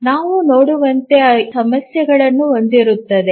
ನಾವು ನೋಡುವಂತೆ ಇದು ಸಮಸ್ಯೆಗಳನ್ನು ಹೊಂದಿರುತ್ತದೆ